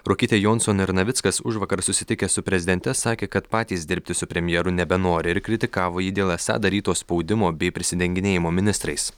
ruokytė jonson ir navickas užvakar susitikę su prezidente sakė kad patys dirbti su premjeru nebenori ir kritikavo jį dėl esą daryto spaudimo bei prisidenginėjimo ministrais